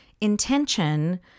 intention